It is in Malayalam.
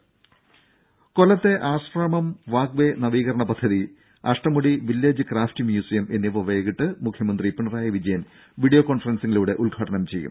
രുഭ കൊല്ലത്തെ ആശ്രാമം വാക് വേ നവീകരണ പദ്ധതി അഷ്ടമുടി വില്ലേജ് ക്രാഫ്റ്റ് മ്യൂസിയം എന്നിവ വൈകീട്ട് മുഖ്യമന്ത്രി പിണറായി വിജയൻ വീഡിയോ കോൺഫറൻസിലൂടെ ഉദ്ഘാടനം ചെയ്യും